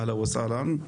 אהלן וסהלן,